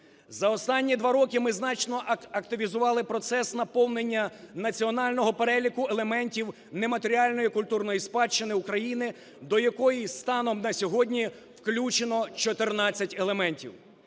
За останні два роки ми значно активізували процес наповнення Національного переліку елементів нематеріальної культурної спадщини України, до якої станом на сьогодні включено 14 елементів.